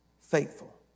faithful